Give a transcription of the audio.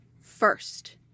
first